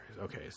Okay